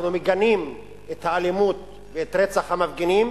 אנחנו מגנים את האלימות ואת רצח המפגינים,